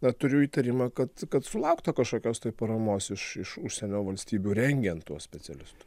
na turiu įtarimą kad kad sulaukta kažkokios paramos iš iš užsienio valstybių rengiant tuos specialistus